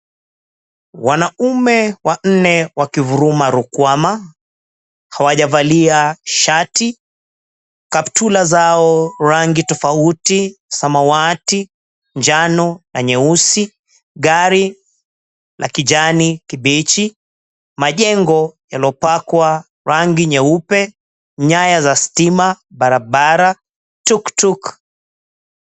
Wanaume wanne wakivuruma rukwama hawajavalia shati kaptula zao rangi tofauti samawati njano na nyeusi, gari la kijani kibichi majengo yalopakwa rangi nyeupe nyaya za stima, barabara, tuk tuk.